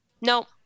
no